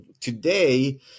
today